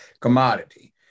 commodity